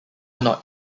knot